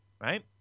right